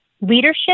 leadership